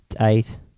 eight